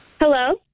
Hello